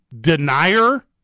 denier